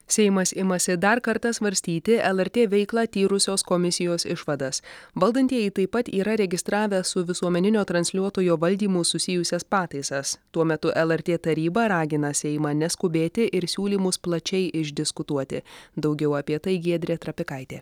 seimas imasi dar kartą svarstyti lrt veiklą tyrusios komisijos išvadas valdantieji taip pat yra registravę su visuomeninio transliuotojo valdymu susijusias pataisas tuo metu lrt taryba ragina seimą neskubėti ir siūlymus plačiai išdiskutuoti daugiau apie tai giedrė trapikaitė